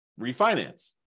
refinance